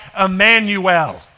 Emmanuel